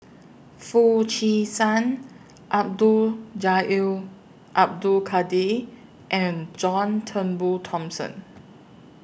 Foo Chee San Abdul Jalil Abdul Kadir and John Turnbull Thomson